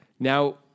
Now